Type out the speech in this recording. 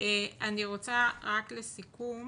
אני רוצה לסיכום